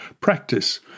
practice